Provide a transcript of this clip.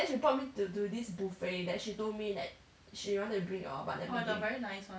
then she brought me to to this buffet that she told me that she wanted to bring you all but never bring